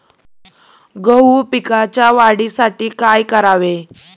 गहू पिकाच्या वाढीसाठी काय करावे?